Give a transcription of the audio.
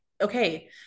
okay